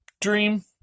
dream